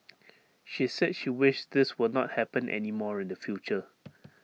she said she wished this will not happen anymore in the future